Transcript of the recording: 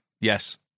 Yes